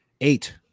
Eight